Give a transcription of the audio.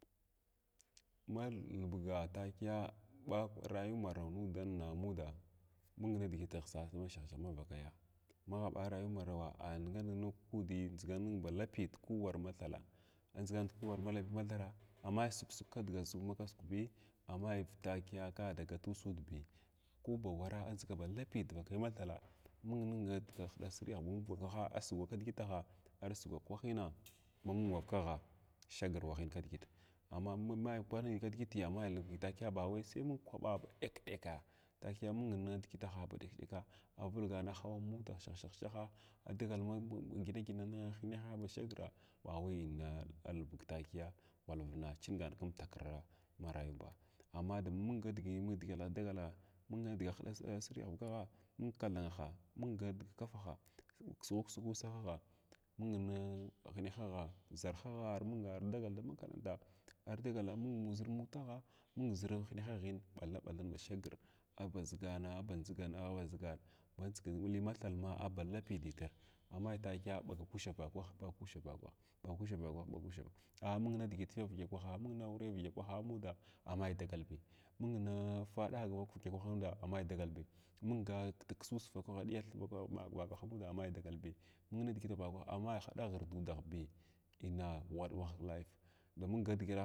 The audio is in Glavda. Ma albga tukiya ɓaa ryuwa marawa nudanna amudanna ming nidigiti sas da ma shahshaha ma vakaya magh ɓa rayuwa marawa a niga niga nudi ndʒiga nug ba lapiya du ku wara ma thalsa dndʒiga nin du ku wara ma thala amai sugsug kudugdʒig ma kasuk bi amai takiya ngal adugata usudbij ku bawara andʒiga ba lapiya dvakai mathala ming nidiga hɗa asiri yagh vakagha a sugwa kidgitaha arɗugwa kwahina mamung vakagha shagar wahin kidigit, amma ma may kwahin kidigitya may nilbgata ba wai sai mung kwaɓaa ba ɗek-ɗekaa k takiya mung nidigitaha ba ɗek-ɗeka a vulgana a hawa motaha shah-shaha a dagal ma gina gina na hineha bawai shagra bawai in nilbug takiya ghwalvna chingan kam takra ma rayu baa amma da ma mung nidigi dagala mung ni dga hɗa asiriyagh vakagha nung kathanahaa, mung nidiga kafaha kisghu kisg ku ussahaghaa mungnin hinehagha da zarhagha armang ardagal da ma makaranta ardagala mamung zir motagha mung zir hinehaghira bathabalhan ba shagr a bazigana a ba ndʒigana aba nd zigana ba ndʒigan, li ma thalma aba lapiy ditr mamai takiya aɓaga mami vakwah a ɓaga kushar vakwah, ɓaga ku shar vakwah a mung nidigit ivdya kwaha mung na aure ivya kwaha amay dagalbi mung faɗag ivdya kwaha a may dagalbi mung naksusa vaka ɗiyath vaka vakwah amai dagalbi mun nidigit vakwah a mai haɗaghr du dahbi inna war wah ki layf da munga digya.